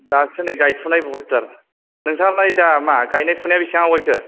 दाथ' नै गायफुनाय बहरथार नोंस्रालाय दा मा गायनाय फुनाय बेसेबां आवगायखो